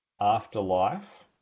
Afterlife